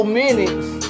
minutes